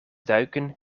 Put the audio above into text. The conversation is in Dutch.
duiken